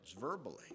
verbally